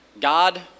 God